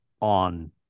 On